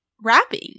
wrapping